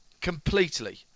completely